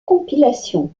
compilations